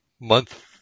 month